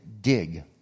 dig